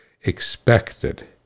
expected